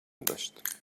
داشت